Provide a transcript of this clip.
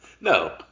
No